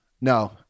no